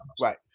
Right